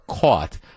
caught